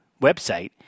website